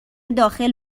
داخل